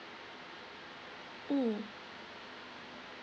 mm